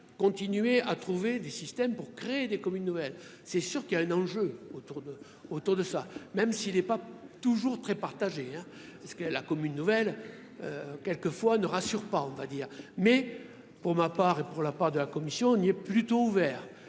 continuer à trouver des systèmes pour créer des communes nouvelles c'est sûr qu'il y a un enjeu autour de autour de ça, même s'il n'est pas toujours très partagées, hein, ce qu'elle a comme une nouvelle, quelque fois ne rassure pas on va dire, mais pour ma part et pour la part de la Commission plutôt ouvert,